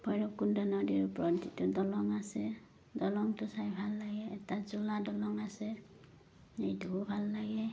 ভৈৰৱকুণ্ড নদীৰ ওপৰত যিটো দলং আছে দলংটো চাই ভাল লাগে এটা জুলনা দলং আছে এইটোও ভাল লাগে